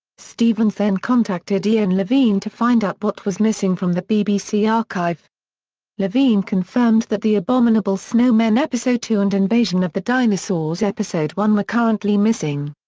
stevens then contacted ian levine to find out what was missing from the bbc archive levine confirmed that the abominable snowmen episode two and invasion of the dinosaurs episode one were currently missing.